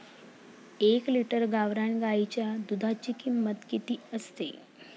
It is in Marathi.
एक लिटर गावरान गाईच्या दुधाची किंमत किती असते?